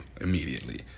immediately